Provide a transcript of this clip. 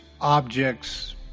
objects